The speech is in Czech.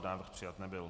Návrh přijat nebyl.